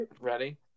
Ready